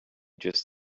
just